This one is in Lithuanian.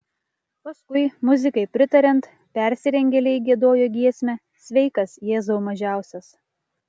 paskui muzikai pritariant persirengėliai giedojo giesmę sveikas jėzau mažiausias